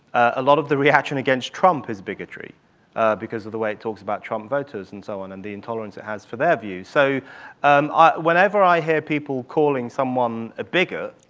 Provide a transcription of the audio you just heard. a lot of the reaction against trump is bigotry because of the way it talks about trump voters and so on, and the intolerance it has for their views. so and ah whenever i hear people calling someone a bigot,